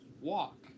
walk